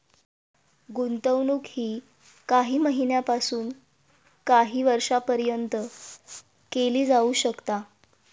गुंतवणूक ही काही महिन्यापासून काही वर्षापर्यंत केली जाऊ शकता